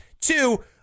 two